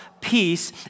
peace